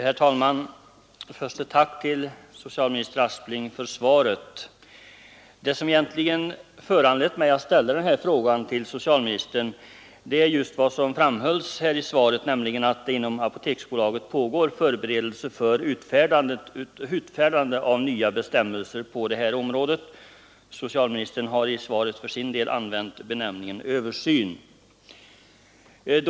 Herr talman! Först ett tack till socialminister Aspling för svaret. Det som föranlett mig att ställa den här frågan till socialministern är att det, som också framhölls i svaret, inom Apoteksbolaget pågår förberedelser för utfärdande av nya bestämmelser på detta område. Socialministern har i svaret för sin del använt benämningen ”översyn”.